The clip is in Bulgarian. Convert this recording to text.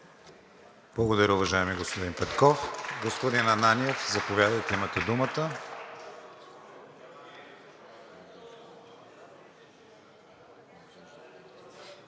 Благодаря, уважаеми господин Петков. Господин Ананиев, заповядайте – имате думата.